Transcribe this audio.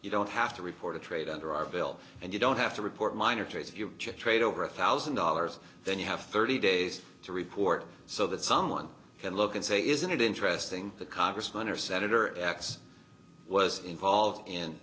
you don't have to report a trade under our bill and you don't have to report minor trades you just trade over a thousand dollars then you have thirty days to report so that someone can look and say isn't it interesting that congressman or senator x was involved in